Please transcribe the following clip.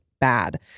bad